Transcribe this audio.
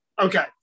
okay